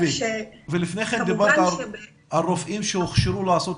לפני כן דיברת על רופאים שהוכשרו לעשות